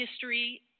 history